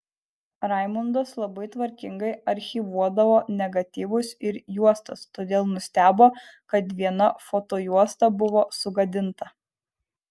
raimundas labai tvarkingai archyvuodavo negatyvus ir juostas todėl nustebo kad viena fotojuosta buvo sugadinta